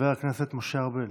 חבר הכנסת משה ארבל,